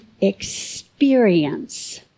experience